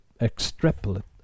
extrapolate